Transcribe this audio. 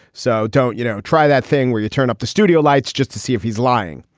so don't you know, try that thing where you turn up the studio lights just to see if he's lying.